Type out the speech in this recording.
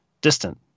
distant